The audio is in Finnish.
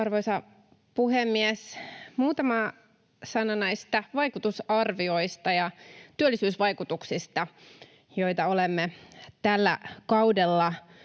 Arvoisa puhemies! Muutama sana näistä vaikutusarvioista ja työllisyysvaikutuksista, joista olemme tällä kaudella